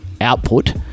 output